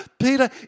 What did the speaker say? Peter